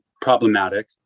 problematic